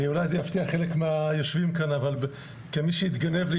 אולי זה יפתיע חלק מן היושבים כאן אבל כמי שהתגנב